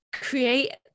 create